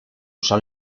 san